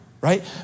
Right